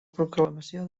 proclamació